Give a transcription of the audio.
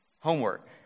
Homework